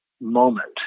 moment